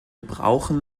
brauchen